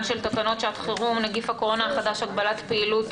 של תקנות שעת חירום (נגיף הקורונה החדש הגבלת פעילות)